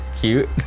cute